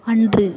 அன்று